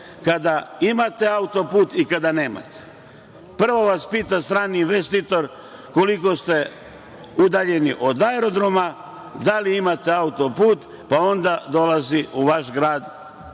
kada imate autoput i kada nemate. Prvo vas pita strani investitor koliko ste udaljeni od aerodroma, da li imate autoput, pa onda dolazi u vaš grad da